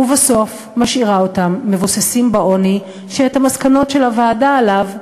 ובסוף משאירה אותם מבוססים בעוני שאת המסקנות של הוועדה עליו,